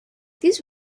these